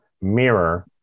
mirror